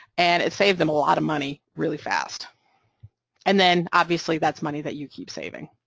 and it saved them a lot of money really fast and then, obviously, that's money that you keep saving.